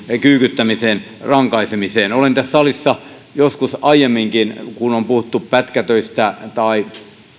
kyykyttämiseen ja rankaisemiseen olen tässä salissa joskus aiemminkin kun on puhuttu pätkätöistä tai